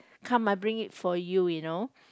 come I bring it for you you know